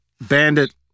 Bandit